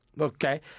Okay